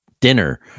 dinner